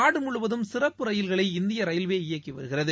நாடுமுழுவதும் சிறப்பு ரயில்களை இந்தியரயில்வே இயக்கிவருகிறது